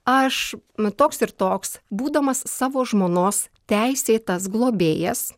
aš nu toks ir toks būdamas savo žmonos teisėtas globėjas